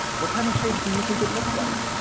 what kind of shape do you think it looks like?